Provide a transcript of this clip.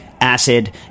acid